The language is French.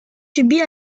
subit